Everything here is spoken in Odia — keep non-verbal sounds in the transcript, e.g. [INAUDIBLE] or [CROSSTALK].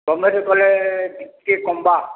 [UNINTELLIGIBLE] କଲେ ଟିକେ କମ୍ବା